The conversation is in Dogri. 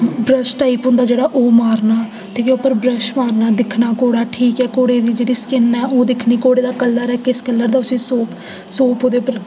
ब्रश टाइप होंदा जेह्ड़ा ओह् मारना ठीक ऐ पर ब्रश मारना दिक्खना घोड़ा ठीक ऐ घोड़े दी जेह्ड़ी स्किन्न ऐ ओह् दिक्खनी घोड़े दा जेह्ड़ा कलर ऐ ओह् किस कलर दा उसी सोप उसी जचै दा नेईं जचै दा ऐ